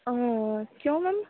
ਕਿਉਂ ਮੈਮ